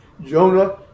Jonah